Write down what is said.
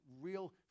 real